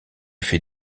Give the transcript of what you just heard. fait